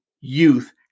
youth